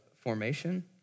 formation